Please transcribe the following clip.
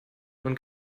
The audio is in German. und